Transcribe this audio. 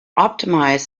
optimize